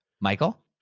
michael